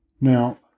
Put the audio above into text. Now